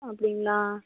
அப்படிங்களா